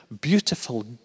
beautiful